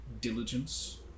diligence